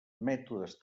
mètodes